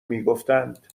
میگفتند